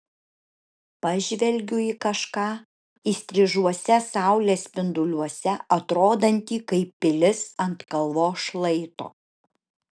pažvelgiu į kažką įstrižuose saulės spinduliuose atrodantį kaip pilis ant kalvos šlaito